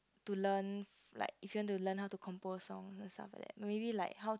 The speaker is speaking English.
to learn like if you want to learn how to compose songs and stuff like that and maybe learn how to